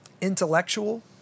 intellectual